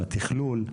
התכלול,